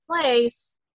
place